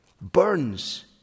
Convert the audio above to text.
Burns